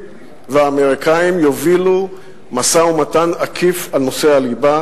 והאמריקנים יובילו משא-ומתן עקיף על נושא הליבה?